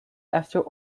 after